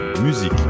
musique